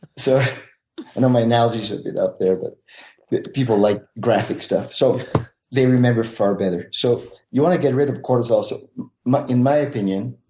so know my analogy is a bit out there but people like graphic stuff so they remember far better. so you want to get rid of cortisol. so in my opinion,